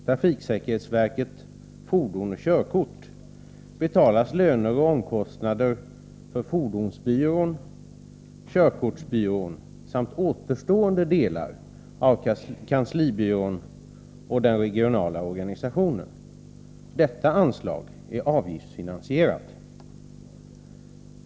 Trafiksäkerhetsverket: Fordon och körkort betalas löner och omkostnader för fordonsbyrån, körkortsbyrån samt återstående delar av kanslibyrån och den regionala organisationen. Detta anslag är avgiftsfinansierat.